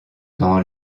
dans